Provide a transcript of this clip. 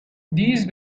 these